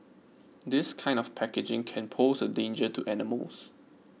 this kind of packaging can pose a danger to animals